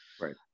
Right